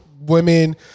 women